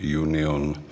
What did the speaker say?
Union